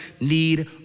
need